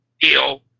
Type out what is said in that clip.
deal